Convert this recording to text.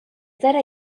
zara